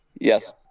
Yes